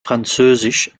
französisch